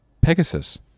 Pegasus